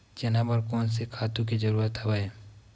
चना बर कोन से खातु के जरूरत हवय?